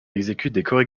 exécutent